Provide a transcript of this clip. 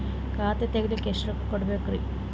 ಖಾತಾ ತೆರಿಲಿಕ ಎಷ್ಟು ರೊಕ್ಕಕೊಡ್ಬೇಕುರೀ?